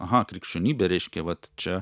aha krikščionybė reiškia vat čia